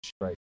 right